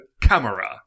Camera